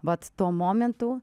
vat tuo momentu